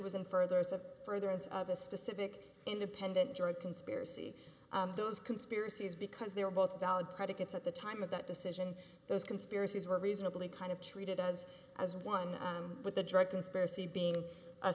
and further is a further ends of the specific independent drug conspiracy those conspiracies because they are both valid predicates at the time of that decision those conspiracies were reasonably kind of treated as as one with the drug conspiracy being a